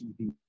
TV